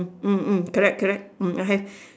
hmm hmm correct correct hmm okay